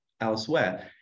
elsewhere